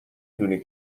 دونی